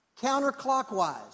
Counterclockwise